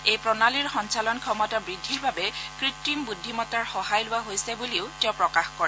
এই প্ৰণালীৰ সঞ্চালন ক্ষমতা বৃদ্ধিৰ বাবে কৃত্ৰিম বুদ্ধিমতাৰ সহায় লোৱা হৈছে বুলিও তেওঁ প্ৰকাশ কৰে